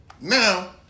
Now